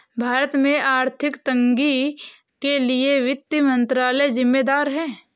भारत में आर्थिक तंगी के लिए वित्त मंत्रालय ज़िम्मेदार है